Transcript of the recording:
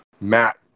Matt